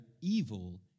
evil